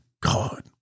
God